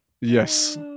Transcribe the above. Yes